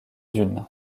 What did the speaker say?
d’une